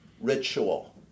ritual